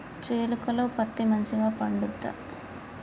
చేలుక లో పత్తి మంచిగా పండుద్దా?